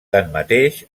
tanmateix